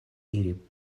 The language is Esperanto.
iri